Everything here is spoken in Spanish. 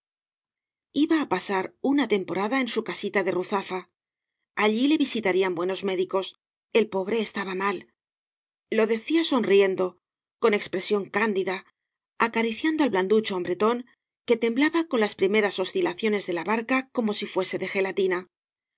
iba á pasar una temporada en bu casita de ruzafa alií le visitarían buenos médicos el pobre estaba mal lo decía sonriendo con expresión candida acariciando al blanducho hombretón que temblaba con las primeras oscilacioues de la barca como si fuese de gelatina